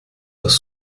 das